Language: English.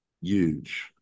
huge